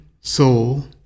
soul